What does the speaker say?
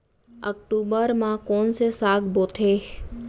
अक्टूबर मा कोन से साग बोथे?